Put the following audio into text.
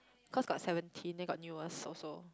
cause got Seventeen then got new ones also